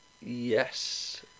Yes